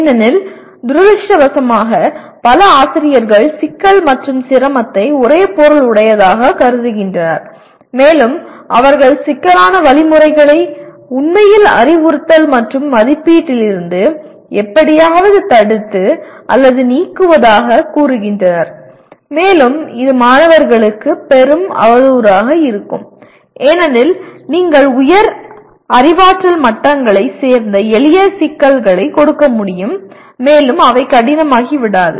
ஏனெனில் துரதிர்ஷ்டவசமாக பல ஆசிரியர்கள் சிக்கல் மற்றும் சிரமத்தை ஒரே பொருள் உடையதாக கருதுகின்றனர் மேலும் அவர்கள் சிக்கலான வழிமுறைகளை உண்மையில் அறிவுறுத்தல் மற்றும் மதிப்பீட்டிலிருந்து எப்படியாவது தடுத்து அல்லது நீக்குவதாக கூறுகின்றனர் மேலும் இது மாணவர்களுக்கு பெரும் அவதூறாக இருக்கும் ஏனெனில் நீங்கள் உயர் அறிவாற்றல் மட்டங்களைச் சேர்ந்த எளிய சிக்கல்களைக் கொடுக்க முடியும் மேலும் அவை கடினமாகிவிடாது